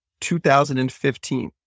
2015